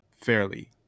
fairly